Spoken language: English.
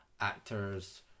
actors